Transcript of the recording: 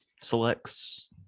selects